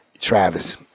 Travis